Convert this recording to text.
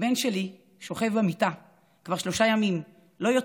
הבן שלי שוכב במיטה כבר שלושה ימים, לא יוצא,